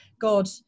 God